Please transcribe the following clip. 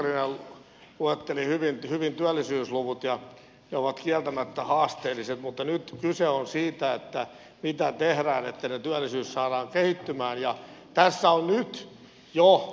edustaja pekkarinen luetteli hyvin työllisyysluvut ja ne ovat kieltämättä haasteelliset mutta nyt kyse on siitä mitä tehdään että se työllisyys saadaan kehittymään